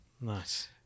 nice